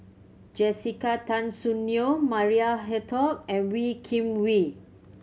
Jessica Tan Soon Neo Maria Hertogh and Wee Kim Wee